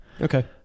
Okay